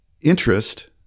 interest